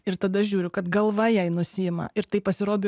ir tada žiūriu kad galva jai nusiima ir tai pasirodo